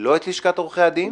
לא את לשכת עורכי הדין